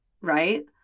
right